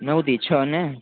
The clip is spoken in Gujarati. નવ દી છ ને